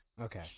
Okay